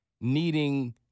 needing